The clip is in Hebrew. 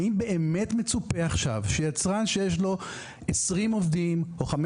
האם באמת מצופה עכשיו שיצרן שיש לו 20 עובדים או 15